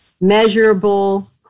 measurable